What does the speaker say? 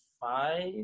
five